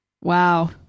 Wow